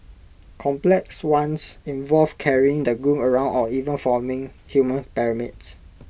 complex ones involve carrying the groom around or even forming human pyramids